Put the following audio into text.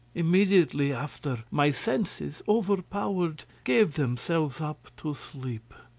immediately after, my senses, overpowered, gave themselves up to sleep,